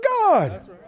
God